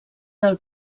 del